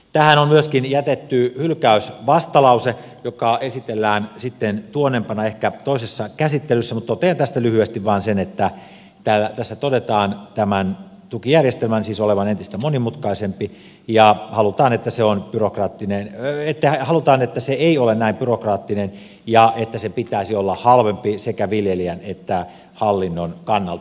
tähän on myöskin jätetty hylkäysvastalause joka esitellään sitten tuonnempana ehkä toisessa käsittelyssä mutta totean tästä lyhyesti vain sen että tässä todetaan tämän tukijärjestelmän siis olevan entistä monimutkaisempi ja halutaan että se on byrokraattinen löytää halutaan että se ei ole näin byrokraattinen ja että sen pitäisi olla halvempi sekä viljelijän että hallinnon kannalta